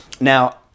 Now